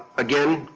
again,